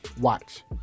Watch